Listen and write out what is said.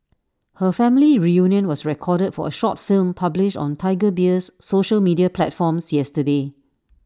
her family reunion was recorded for A short film published on Tiger Beer's social media platforms yesterday